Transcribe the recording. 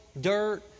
Dirt